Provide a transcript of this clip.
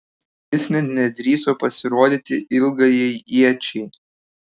jis net nedrįso pasirodyti ilgajai iečiai